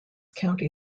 county